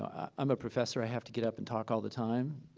i'm a professor. i have to get up and talk all the time.